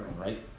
Right